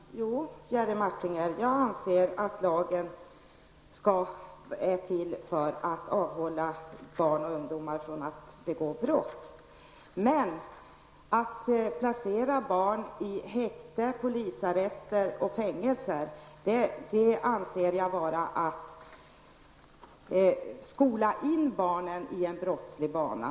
Herr talman! Jo, Jerry Martinger, jag anser att lagen skall syfta till att avhålla barn och ungdomar från att begå brott. Men att placera barn och ungdomar i häkte, polisarrest och fängelse anser jag vara ett sätt att skola in dem i en brottslig bana.